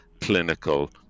clinical